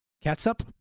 Ketchup